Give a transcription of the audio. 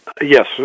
Yes